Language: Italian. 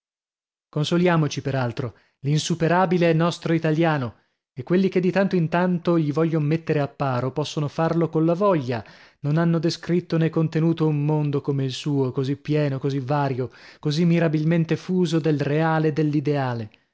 consoliamoci per altro l'insuperabile è nostro italiano e quelli che di tanto in tanto gli voglion mettere a paro possono farlo colla voglia non hanno descritto nè contenuto un mondo come il suo così pieno così vario così mirabilmente fuso del reale e dell'ideale